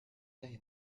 they